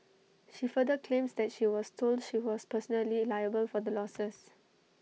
she further claims that she was told she was personally liable for the losses